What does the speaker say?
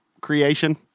creation